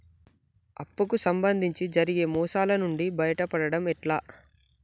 అప్పు కు సంబంధించి జరిగే మోసాలు నుండి బయటపడడం ఎట్లా?